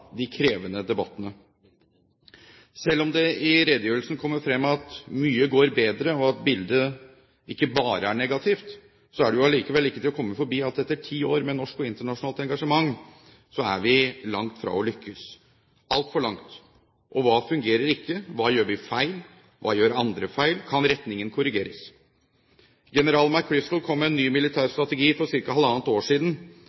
de krevende debattene. Selv om det i redegjørelsen kommer frem at mye går bedre og at bildet ikke bare er negativt, er det allikevel ikke til å komme forbi at etter ti år med norsk og internasjonalt engasjement, er vi langt fra å lykkes, altfor langt. Hva fungerer ikke? Hva gjør vi feil? Hva gjør andre feil? Kan retningen korrigeres? General McChrystal kom med en ny militær strategi for ca. halvannet år siden.